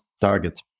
target